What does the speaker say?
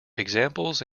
examples